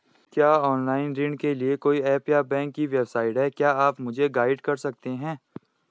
क्या ऑनलाइन ऋण के लिए कोई ऐप या बैंक की वेबसाइट है क्या आप मुझे गाइड कर सकते हैं?